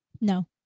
No